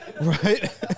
right